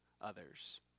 others